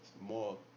more